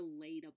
relatable